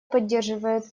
поддерживает